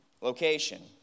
location